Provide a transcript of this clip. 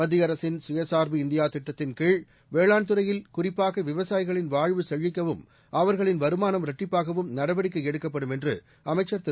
மத்தியஅரசின் சுயசார்பு இந்தியாதிட்டத்தின் கீழ் வேளான் துறையில் குறிப்பாகவிவசாயிகளின் வாழ்வு செழிக்கவும் வருமானம் இரட்டிப்பாகவும் ப் நடவடிக்கைஎடுக்கப்படும் அவர்களின் என்றுஅமைச்சர் திரு